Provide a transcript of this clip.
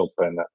open